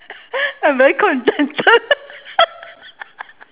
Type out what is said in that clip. I'm very contented